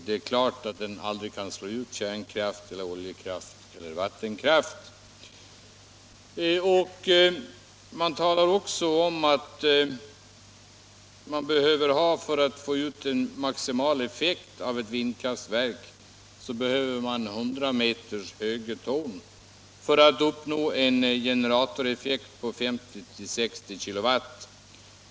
Det är klart att den aldrig kan slå ut kärnkraften, oljekraften eller vattenkraften. För att få ut en maximal effekt av ett vindkraftverk talas om att det behövs 100-meterstorn för att uppnå en generatoreffekt av 50-60 kW.